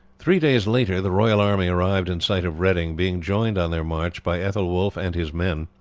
three days later the royal army arrived in sight of reading, being joined on their march by aethelwulf and his men.